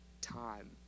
time